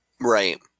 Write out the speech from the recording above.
Right